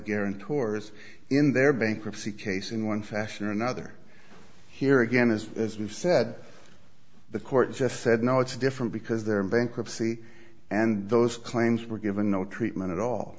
guarantors in their bankruptcy case in one fashion or another here again as as we've said the court just said no it's different because they're in bankruptcy and those claims were given no treatment at all